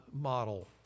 model